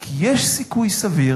כי יש סיכוי סביר